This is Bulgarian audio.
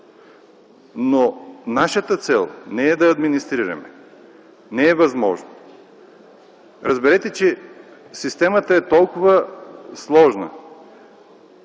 Нашата цел не е да администрираме, не е възможно. Разберете, че системата е толкова сложна,